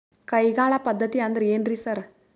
ಕೈಗಾಳ್ ಪದ್ಧತಿ ಅಂದ್ರ್ ಏನ್ರಿ ಸರ್?